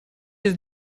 есть